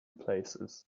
places